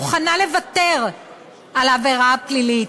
אני מוכנה לוותר על העבירה הפלילית.